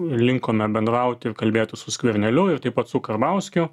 linkome bendrauti ir kalbėti su skverneliu ir taip pat su karbauskiu